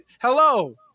hello